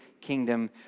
kingdom